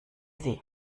sie